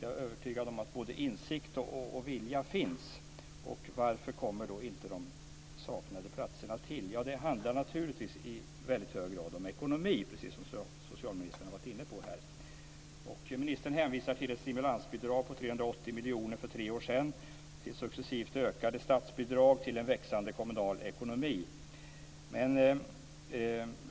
Jag är övertygad om att både insikt och vilja finns. Varför kommer då inte de saknade platserna till? Det handlar naturligtvis i väldigt hög grad om ekonomi, precis som socialministern har varit inne på. Ministern hänvisar till ett stimulansbidrag på 380 miljoner för tre år sedan, successivt ökade statsbidrag och en växande kommunal ekonomi.